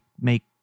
make